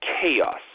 chaos